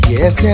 Yes